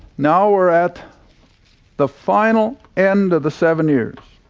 now we're at the final and of the seven years